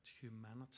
humanity